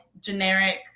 generic